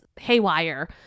haywire